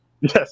Yes